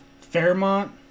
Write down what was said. Fairmont